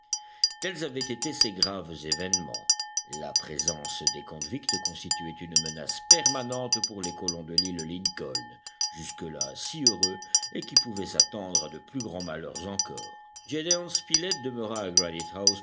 tels avaient été ces graves événements la présence des convicts constituait une menace permanente pour les colons de l'île lincoln jusque-là si heureux et qui pouvaient s'attendre à de plus grands malheurs encore gédéon spilett demeura